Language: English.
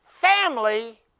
family